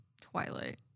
Twilight